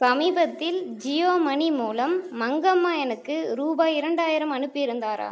சமீபத்தில் ஜியோ மணி மூலம் மங்கம்மா எனக்கு ரூபாய் இரண்டாயிரம் அனுப்பியிருந்தாரா